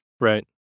Right